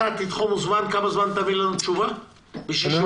אתה תגיד לי תוך כמה זמן תביא לנו תשובה כדי שהוא